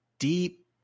Deep